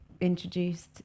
introduced